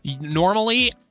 Normally